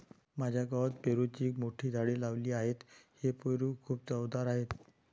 माझ्या गावात पेरूची मोठी झाडे लावली आहेत, हे पेरू खूप चवदार आहेत